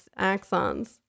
axons